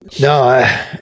no